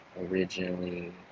originally